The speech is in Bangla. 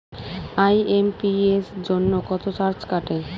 আই.এম.পি.এস জন্য কত চার্জ কাটে?